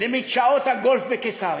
למדשאות הגולף בקיסריה?